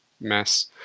mess